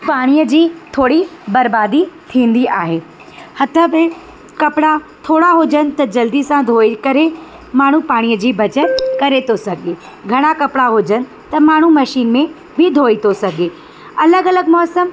पाणीअ जी थोरी बर्बादी थींदी आहे हथ में कपिड़ा थोरा हुजनि त जल्दी सां धोई करे माण्हू पाणीअ जी बचति करे थो सघे घणा कपिड़ा हुजनि त माण्हू मशीन में ई धोई थो सघे अलॻि अलॻि मां सभु